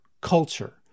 culture